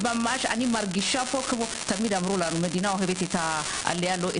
תמיד אמרו לנו שהמדינה אוהבת את העולים.